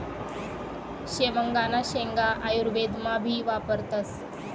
शेवगांना शेंगा आयुर्वेदमा भी वापरतस